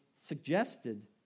suggested